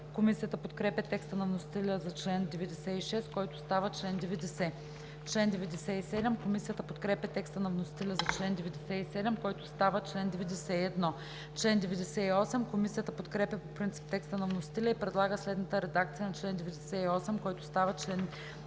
Комисията подкрепя текста на вносителя за чл. 83, който става чл. 77. Комисията подкрепя текста на вносителя за чл. 84, който става чл. 78. Комисията подкрепя по принцип текста на вносителя и предлага следната редакция на чл. 85, който става чл.